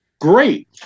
great